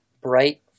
bright